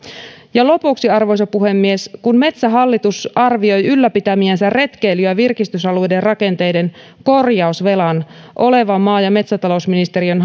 lopuksi arvoisa puhemies kun metsähallitus arvioi ylläpitämiensä retkeily ja virkistysalueiden rakenteiden korjausvelan olevan maa ja metsätalousministeriön